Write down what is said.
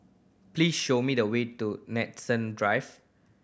please show me the way to Nanson Drive